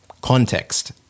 Context